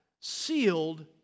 sealed